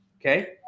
okay